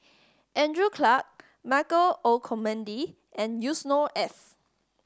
Andrew Clarke Michael Olcomendy and Yusnor Ef